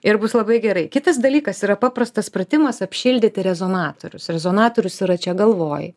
ir bus labai gerai kitas dalykas yra paprastas pratimas apšildyti rezonatorius rezonatorius yra čia galvoj